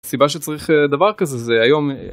הסיבה שצריך דבר כזה זה היום.